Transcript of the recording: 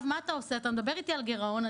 אתה מדבר איתי על גירעון,